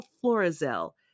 Florizel